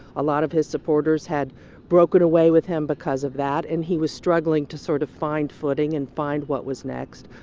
a lot of his supporters had broken away with him because of that. and he was struggling to sort of find footing and find what was next.